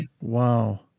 wow